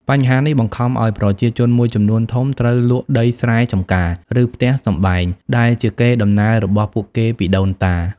បញ្ហានេះបង្ខំឲ្យប្រជាជនមួយចំនួនធំត្រូវ លក់ដីស្រែចម្ការ ឬផ្ទះសម្បែង ដែលជាកេរ្តិ៍ដំណែលរបស់ពួកគេពីដូនតា។